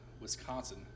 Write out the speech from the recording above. Wisconsin